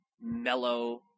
mellow